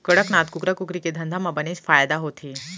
कड़कनाथ कुकरा कुकरी के धंधा म बनेच फायदा होथे